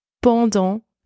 pendant